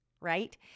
right